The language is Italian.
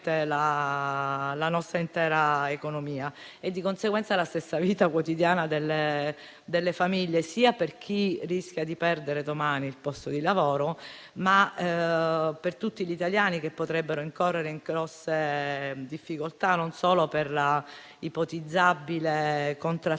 la nostra intera economia e, di conseguenza, la stessa vita quotidiana delle famiglie, sia per chi rischia di perdere domani il posto di lavoro, sia per tutti gli italiani che potrebbero incorrere in grosse difficoltà, e non solo per l'ipotizzabile contrazione